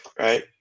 Right